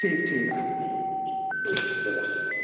ठीक ठीक ऐ